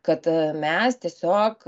kad mes tiesiog